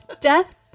death